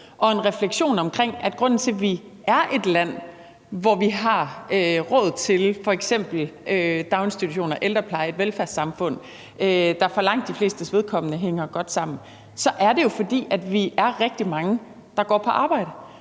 og en refleksion over, at grunden til, at vi er et land, hvor vi har råd til f.eks. daginstitutioner og ældrepleje – et velfærdssamfund, der for langt de flestes vedkommende hænger godt sammen – er, at vi jo er rigtig mange, der går på arbejde.